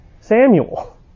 samuel